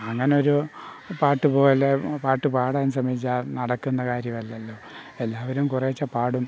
അങ്ങനൊരു പാട്ടു പോലെ പാട്ടു പാടാൻ ശ്രമിച്ചാൽ നടക്കുന്ന കാര്യം അല്ലല്ലോ എല്ലാവരും കുറേശ്ശെ പാടും